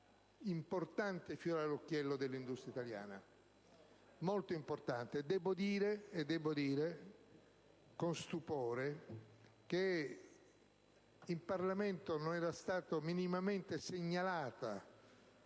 importantissimo fiore all'occhiello dell'industria italiana. Debbo dire con stupore che in Parlamento non era stata minimamente segnalata